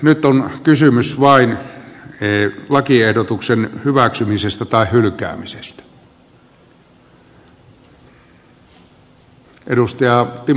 nyt on kysymys vain lakiehdotuksen hyväksymisestä tai hylkäämisestä